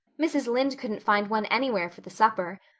mrs. lynde couldn't find one anywhere for the supper.